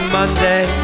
Monday